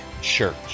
church